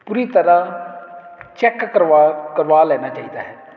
ਪੂਰੀ ਤਰ੍ਹਾਂ ਚੈੱਕ ਕਰਵਾ ਕਰਵਾ ਲੈਣਾ ਚਾਹੀਦਾ ਹੈ